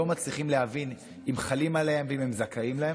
מצליחים להבין אם הם חלים עליהם ואם הם זכאים להם,